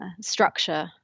structure